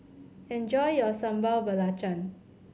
enjoy your Sambal Belacan